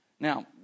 Now